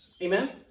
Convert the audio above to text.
Amen